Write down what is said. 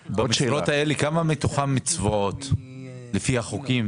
כמה מתוך המשרות האלה צבועות לפי החוקים,